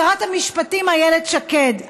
שרת המשפטים איילת שקד,